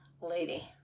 lady